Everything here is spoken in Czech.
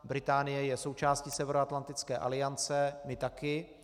Británie je součástí Severoatlantické aliance, my taky.